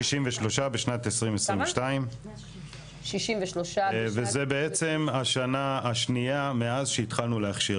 163 בשנת 2022. וזה בעצם השנה השנייה מאז שהתחלנו להכשיר.